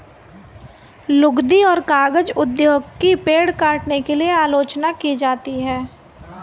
लुगदी और कागज उद्योग की पेड़ काटने के लिए आलोचना की जाती है